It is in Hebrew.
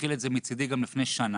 שהתחיל את זה מצדי גם לפני שנה,